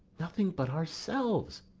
nothing but ourselves.